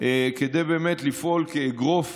כדי באמת לפעול כאגרוף